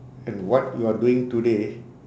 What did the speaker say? and what you are doing today